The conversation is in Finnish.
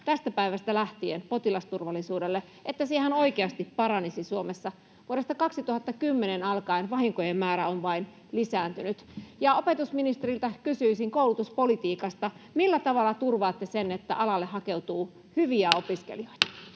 tästä päivästä lähtien potilasturvallisuudelle, että se ihan oikeasti paranisi Suomessa? Vuodesta 2010 alkaen vahinkojen määrä on vain lisääntynyt. Ja opetusministeriltä kysyisin koulutuspolitiikasta: millä tavalla turvaatte sen, että alalle hakeutuu [Puhemies